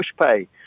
PushPay